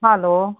hello